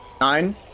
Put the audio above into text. Nine